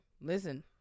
Listen